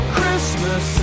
Christmas